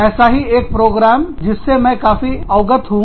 ऐसा ही एक प्रोग्राम जिससे मैं काफी अवगत हूँ